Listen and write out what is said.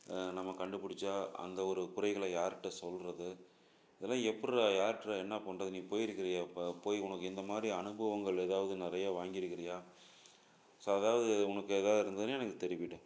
நம்ம கண்டுபிடிச்சா அந்த ஒரு குறைகளை யார்ட்ட சொல்கிறது இதெல்லாம் எப்பிட்றா யார்ட்டடா என்ன பண்ணுறது நீ போய்ருக்குறியா இப்போ போய் உனக்கு இந்த மாதிரி அனுபவங்கள் ஏதாவது நிறைய வாங்கி இருக்கிறியா ஸோ அதாவது உனக்கு ஏதாவது இருந்துதுன்னா எனக்கு தெரிவிடா